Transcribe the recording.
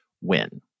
win